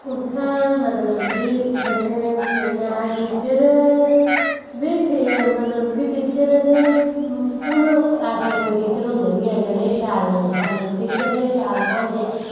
ते उत्थै मतलब कि जेह्ड़े केह् न ओह् टीचर मतलब कि ऐसे कोई टीचर ते होंदे निं हैन जेह्ड़े शैल नेईं पढ़ांदे ते टीचर जेह्ड़े पढ़ांदे